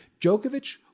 Djokovic